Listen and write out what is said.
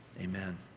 Amen